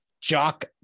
Jock